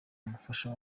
umufasha